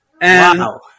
Wow